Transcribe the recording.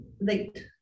late